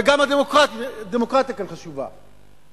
וגם הדמוקרטיה כאן חשובה.